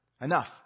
Enough